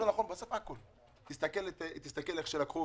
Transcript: בסוף תסתכל איך לקחו